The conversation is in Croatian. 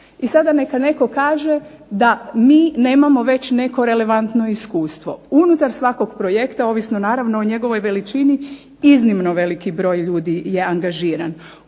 I sada neka netko kaže da mi nemamo već neko relevantno iskustvo. Unutar svakog projekta, ovisno naravno o njegovoj veličini, iznimni veliki broj ljudi je angažiran.